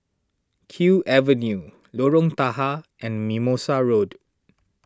Kew Avenue Lorong Tahar and Mimosa Road